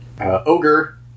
Ogre